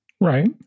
Right